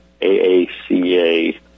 AACA